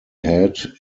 head